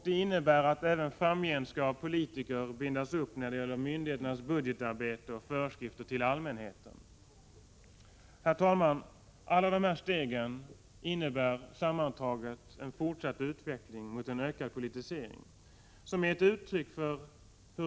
Det innebär att politiker även framgent skall bindas upp när det gäller myndigheternas budgetarbete och föreskrifter till allmänheten. Herr talman! Alla dessa steg innebär sammantaget en fortsatt utveckling mot en ökad politisering.